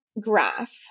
graph